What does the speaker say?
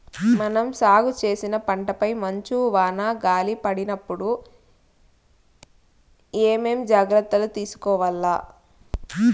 మనం సాగు చేసిన పంటపై మంచు, వాన, గాలి పడినప్పుడు ఏమేం జాగ్రత్తలు తీసుకోవల్ల?